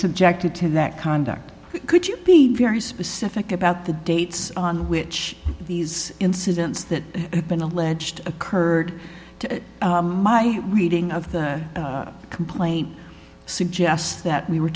subjected to that conduct could you be very specific about the dates on which these incidents that have been alleged occurred to my reading of the complaint suggests that we were